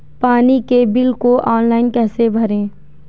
पानी के बिल को ऑनलाइन कैसे भरें?